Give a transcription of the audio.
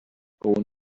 own